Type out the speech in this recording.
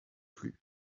plus